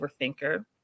overthinker